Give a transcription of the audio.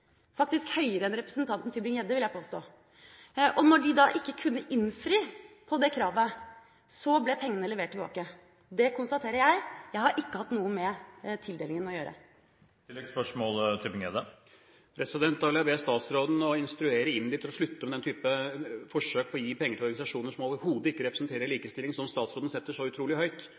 faktisk høyere enn representanten Tybring-Gjedde, vil jeg påstå. Når de da ikke kunne innfri det kravet, ble pengene levert tilbake. Det konstaterer jeg. Jeg har ikke hatt noe med tildelingen å gjøre. Da vil jeg be statsråden instruere IMDi om å slutte med den type forsøk på å gi penger til organisasjoner som overhodet ikke representerer likestilling, som statsråden setter så utrolig høyt.